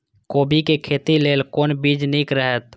कोबी के खेती लेल कोन बीज निक रहैत?